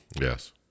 Yes